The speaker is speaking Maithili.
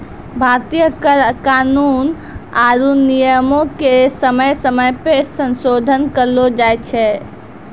भारतीय कर कानून आरु नियमो के समय समय पे संसोधन करलो जाय छै